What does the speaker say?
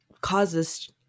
causes